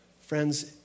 Friends